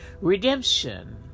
redemption